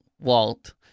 Walt